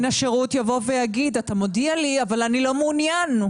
השירות יבוא ויאמר שאתה מודיע לי אבל אני לא מעוניין.